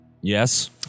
Yes